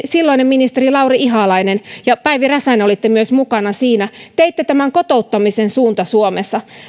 silloinen ministeri lauri ihalainen ja päivi räsänen olitte myös mukana siinä teitte tällaisen tiedoksiannon kotouttamisen suunta suomessa